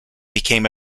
became